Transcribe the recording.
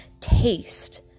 taste